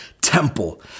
temple